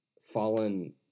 fallen